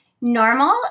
normal